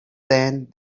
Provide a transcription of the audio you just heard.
then